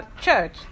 church